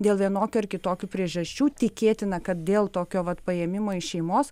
dėl vienokių ar kitokių priežasčių tikėtina kad dėl tokio vat paėmimo iš šeimos